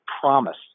promise